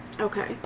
Okay